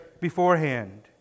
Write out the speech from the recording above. beforehand